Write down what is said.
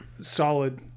solid